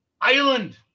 island